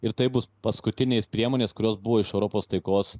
ir tai bus paskutinės priemonės kurios buvo iš europos taikos